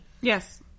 Yes